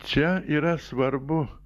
čia yra svarbu